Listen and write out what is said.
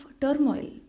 turmoil